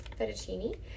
fettuccine